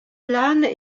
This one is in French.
planes